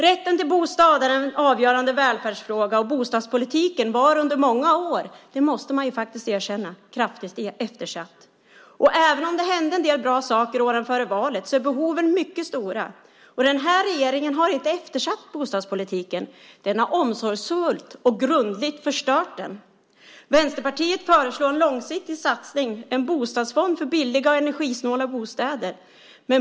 Rätten till bostad är en avgörande välfärdsfråga, och bostadspolitiken var under många år - det måste man faktiskt erkänna - kraftigt eftersatt. Även om det hände en del bra saker åren före valet är behoven mycket stora. Den här regeringen har inte eftersatt bostadspolitiken, utan den har omsorgsfullt och grundligt förstört den. Vänsterpartiet föreslår en långsiktig satsning på en bostadsfond för billiga och energisnåla bostäder.